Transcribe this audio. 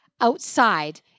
outside